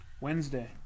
Wednesday